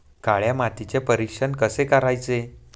काळ्या मातीचे परीक्षण कसे करायचे?